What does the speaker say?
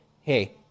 Hey